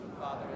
Father